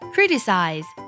Criticize